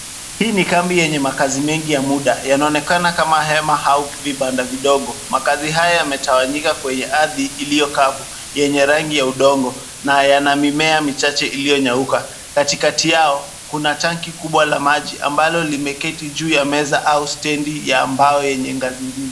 Hii ni kambi yenye makazi mengi ya muda. Yanaonekana kama hema au vibanda vidogo. Makazi haya yametawanyika kwenye ardhi iliyo kavu yenye rangi ya udongo na yana mimea michache iliyonyauka. Katikati yao, kuna tanki kubwa la maji ambalo limeketi juu ya meza au stendi ya mbao yenye ngazi mbili.